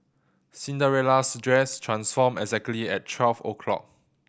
Cinderella's dress transformed exactly at twelve o'clock